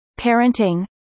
parenting